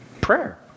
prayer